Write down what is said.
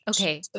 Okay